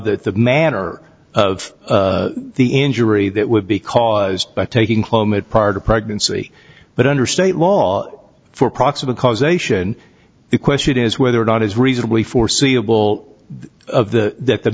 that the manner of the injury that would be caused by taking clomid prior to pregnancy but under state law for proximate causation the question is whether or not is reasonably foreseeable that that